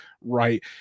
right